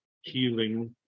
healing